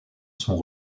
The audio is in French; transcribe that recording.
sont